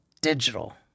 digital